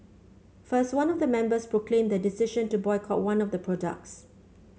first one of the members proclaimed their decision to boycott one of the products